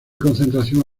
concentración